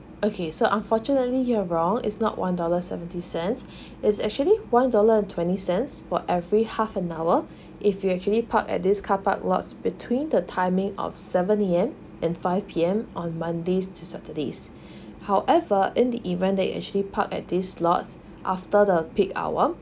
okay so unfortunately you're wrong is not one dollar seventy cents is actually one dollar twenty cents for every half an hour if you actually park at this carpark lots between the timing of seven A_M and five P_M on monday to saturday however in the event that actually park at this lots after the peak hour